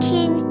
King